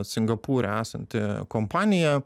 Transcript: singapūre esanti kompanija